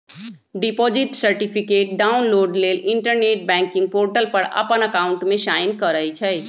deposit certificate download लेल internet banking portal पर अप्पन अकाउंट में साइन करइ छइ